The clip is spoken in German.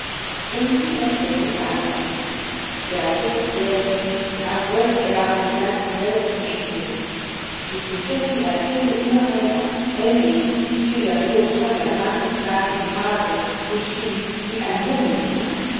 und sie erzählte weiter der tod gähnte als wollte er eine ganze welt verschlingen die prinzessin erzählte immer weiter endlich fiel der tod von der bank und lag im grase und schlief wie ein murmeltier